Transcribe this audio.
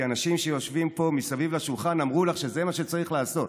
כי אנשים שיושבים פה מסביב לשולחן אמרו לך שזה מה שצריך לעשות.